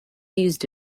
used